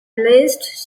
least